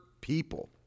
people